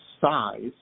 size